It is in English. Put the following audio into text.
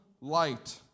light